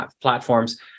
platforms